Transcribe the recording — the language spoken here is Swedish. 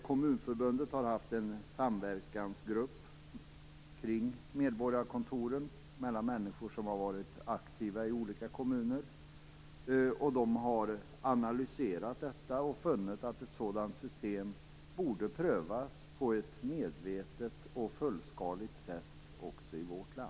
Kommunförbundet har haft en samverkansgrupp kring medborgarkontoren bestående av människor som har varit aktiva i olika kommuner. De har analyserat detta, och funnit att ett sådant system borde prövas på ett medvetet och fullskaligt sätt också i vårt land.